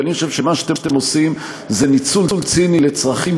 כי אני חושב שמה שאתם עושים זה ניצול ציני לצרכים